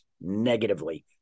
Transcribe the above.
negatively